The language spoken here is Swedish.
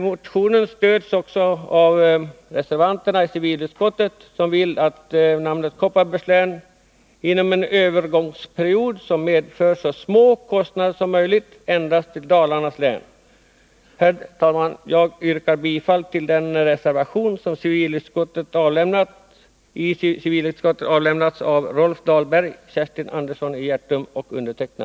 Motionen stöds också av reservanterna i civilutskottet, som vill att namnet Kopparbergs län under en övergångsperiod och till så låga kostnader som möjligt ändras till Dalarnas län. Herr talman! Jag yrkar bifall till reservationen av Rolf Dahlberg, Kerstin Andersson i Hjärtum och mig.